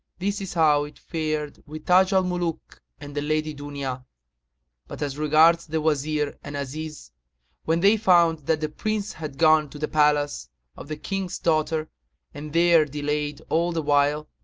this is how it fared with taj al-muluk and the lady dunya but as regards the wazir and aziz when they found that the prince had gone to the palace of the king's daughter and there delayed all the while,